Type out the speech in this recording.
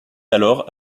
alors